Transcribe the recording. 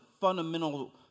fundamental